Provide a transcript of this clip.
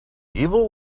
evil